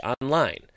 Online